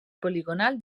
poligonal